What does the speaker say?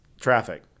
traffic